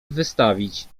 wystawić